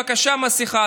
בבקשה מסכה,